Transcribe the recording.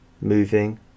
moving